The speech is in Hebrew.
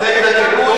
היא צדיקה,